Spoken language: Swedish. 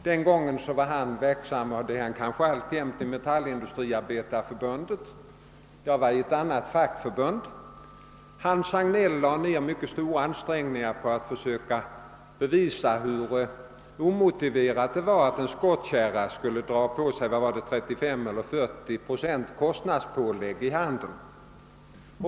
Den gången var han verksam i Metallindustriarbetareförbundet — =:det kanske han alltjämt är — och jag verkade i ett annat fackförbund. Hans Hagnell lade ned mycket stora ansträngningar på att försöka bevisa hur omotiverat det var att en skottkärra skulle belastas med 35 eller 40 procents kostnadspålägg i handeln.